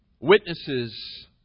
Witnesses